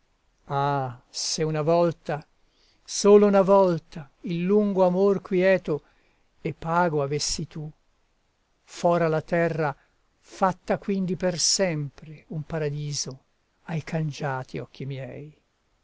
ah se una volta solo una volta il lungo amor quieto e pago avessi tu fora la terra fatta quindi per sempre un paradiso ai cangiati occhi miei